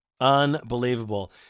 unbelievable